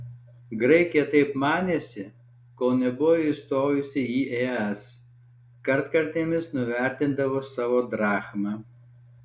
graikija taip manėsi kol nebuvo įstojusi į es kartkartėmis nuvertindavo savo drachmą